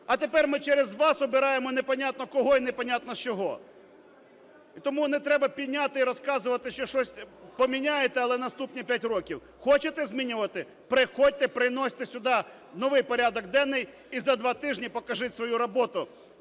а тепер ми через вас обираємо непонятно кого і непонятно чого. І тому не треба пиняти і розказувати, що щось поміняєте, але в наступні 5 років. Хочете змінювати – приходьте і приносьте сюди новий порядок денний, і за два тижні покажіть свою роботу